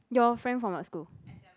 your friend from what school